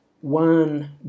One